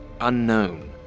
unknown